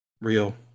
Real